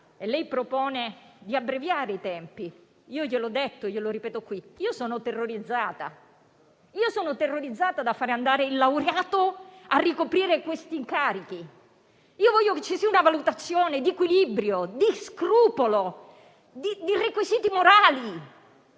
lei propone di abbreviare i tempi. Gliel'ho detto e glielo ripeto qui: sono terrorizzata dal fare andare un laureato a ricoprire quegli incarichi; voglio che ci sia una valutazione di equilibrio, di scrupolo, di requisiti morali.